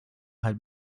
had